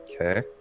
okay